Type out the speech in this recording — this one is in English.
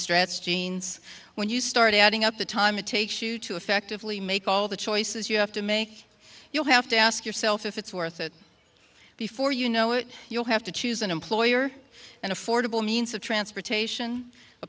stretch jeans when you start adding up the time it takes you to effectively make all the choices you have to make you'll have to ask yourself if it's worth it before you know it you'll have to choose an employer an affordable means of transportation a